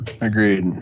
Agreed